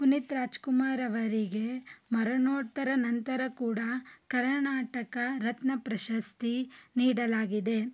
ಪುನೀತ್ ರಾಜ್ಕುಮಾರವರಿಗೆ ಮರಣೋತ್ತರ ನಂತರ ಕೂಡ ಕರ್ನಾಟಕ ರತ್ನ ಪ್ರಶಸ್ತಿ ನೀಡಲಾಗಿದೆ